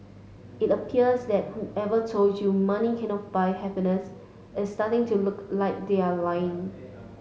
it appears that whoever told you money cannot buy happiness is starting to look like they are lying